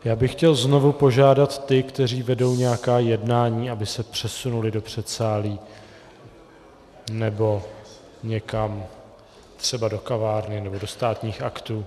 Já bych chtěl znovu požádat ty, kteří vedou nějaká jednání, aby se přesunuli do předsálí nebo někam, třeba do kavárny nebo do Státních aktů.